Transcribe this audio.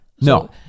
No